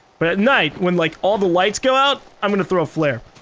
but at night when like all the lights go out. i'm going to throw a flare.